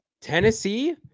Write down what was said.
Tennessee